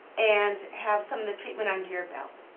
and have some of the treatment under your belt.